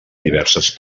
diverses